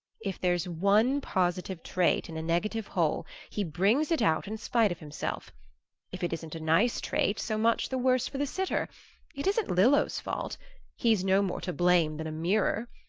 if there's one positive trait in a negative whole he brings it out in spite of himself if it isn't a nice trait, so much the worse for the sitter it isn't lillo's fault he's no more to blame than a mirror.